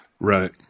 Right